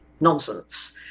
nonsense